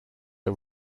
are